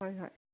ꯍꯣꯏ ꯍꯣꯏ